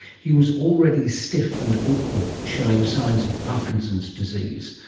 he was already stiff and awkward, showing signs of parkinson's disease.